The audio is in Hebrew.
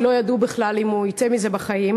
כי לא ידעו בכלל אם הוא יצא מזה בחיים.